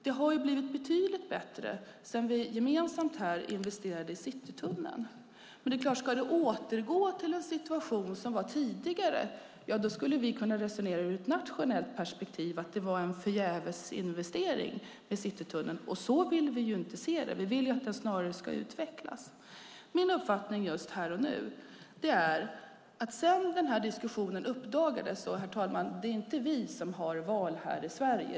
Det har blivit betydligt bättre sedan vi gemensamt investerade i Citytunneln. Om det ska återgå till den situation vi hade tidigare kan vi ur ett nationellt perspektiv säga att Citytunneln var en förgävesinvestering. Så vill vi inte se det. Vi vill ju snarare att den ska utvecklas. Det är inte vi i Sverige som har val.